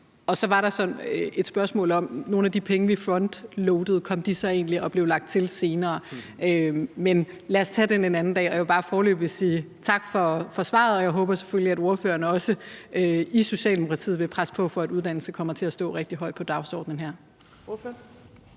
Og så var der så et spørgsmål om, om nogle af de penge, vi frontloadede, så egentlig kom og blev lagt til senere. Men lad os tage den en anden dag. Jeg vil bare foreløbig sige tak for svaret, og jeg håber selvfølgelig, at ordføreren også i Socialdemokratiet vil presse på for, at uddannelse kommer til at stå rigtig højt på dagsordenen her.